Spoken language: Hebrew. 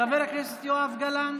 חבר הכנסת יעקב אשר, חבר הכנסת יואב גלנט,